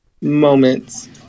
Moments